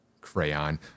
Crayon